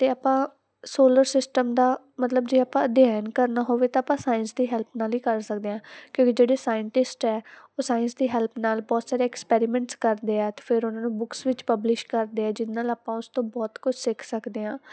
ਤੇ ਆਪਾਂ solar system ਦਾ ਮਤਲਬ ਜੇ ਆਪਾਂ ਅਧਿਐਨ ਕਰਨਾ ਹੋਵੇ ਤਾਂ ਆਪਾਂ ਸਾਇੰਸ ਦੀ ਹੈਲਪ ਨਾਲ ਹੀ ਕਰ ਸਕਦੇ ਆਂ ਕਿਉਂਕਿ ਜਿਹੜੇ ਸਾਇੰਟਿਸਟ ਹੈ ਉਹ ਸਾਇੰਸ ਦੀ ਹੈਲਪ ਨਾਲ ਬਹੁਤ ਸਾਰੇ ਐਕਸਪੈਰੀਮੈਂਟ ਕਰਦੇ ਆ ਫਿਰ ਉਹਨਾਂ ਨੂੰ ਬੁਕਸ ਵਿੱਚ ਪਬਲਿਸ਼ ਕਰਦੇ ਆ ਜਿਦੇ ਨਾਲ ਆਪਾਂ ਉਸ ਤੋਂ ਬਹੁਤ ਕੁਝ ਸਿੱਖ ਸਕਦੇ ਆਂ